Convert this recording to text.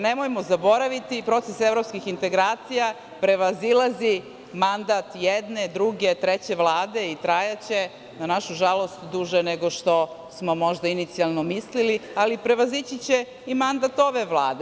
Nemojmo zaboraviti, proces evropskih integracija prevazilazi mandat jedne, druge, treće vlade i trajaće, na našu žalost, duže nego što smo možda inicijalno mislili, ali prevazići će i mandat ove Vlade.